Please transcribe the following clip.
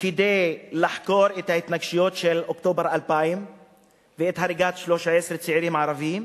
כדי לחקור את ההתנגשויות של אוקטובר 2000 ואת הריגת 13 צעירים ערבים.